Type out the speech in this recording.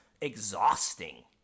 exhausting